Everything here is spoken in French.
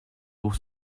pour